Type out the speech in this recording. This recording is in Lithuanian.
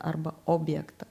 arba objektą